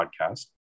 podcast